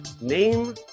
name